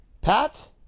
Pat